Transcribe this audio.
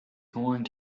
going